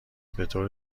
بطور